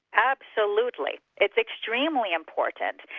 absolutely. it's extremely important.